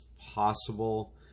possible